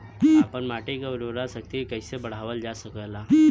आपन माटी क उर्वरा शक्ति कइसे बढ़ावल जा सकेला?